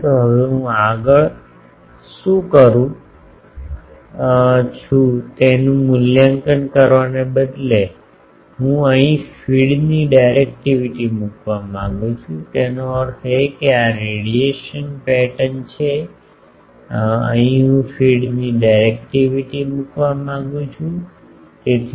હવે હું આગળ શું કરું તેનું મૂલ્યાંકન કરવાને બદલે હું અહીં ફીડની ડાયરેક્ટિવિટી મૂકવા માંગું છું તેનો અર્થ એ કે આ રેડિયેશન પેટર્ન છે અહીં હું ફીડની ડાયરેક્ટિવિટી મૂકવા માંગું છું તેથી Df